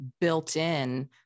built-in